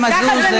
חבר הכנסת מזוז.